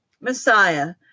Messiah